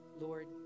Lord